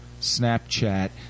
Snapchat